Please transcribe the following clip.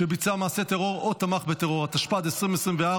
התשפ"ד 2024,